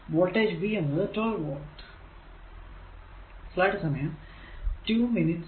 voltage v എന്നത് 12 volt